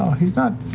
he's not.